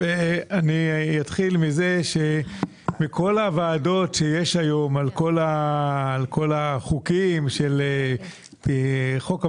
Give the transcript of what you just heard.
אני אתחיל מזה שמכל הוועדות שיש היום על כל החוקים חוק המשטרה,